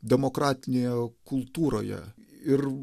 demokratinėje kultūroje ir